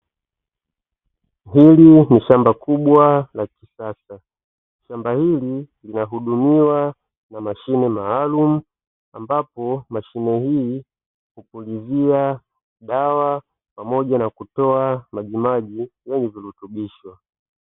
Hili ni shamba kubwa na la kisasa. Shamba hili linahudumiwa na mashine maalumu ambapo mashine hii hupulizia dawa pamoja na kutoa maji yenye virutubisho.